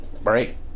Right